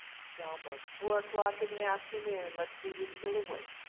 it's almost four o'clock in the afternoon. let's see who's still awake.